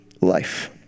life